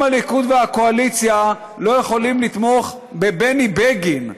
אם הליכוד והקואליציה לא יכולים לתמוך בבני בגין,